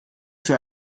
für